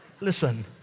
Listen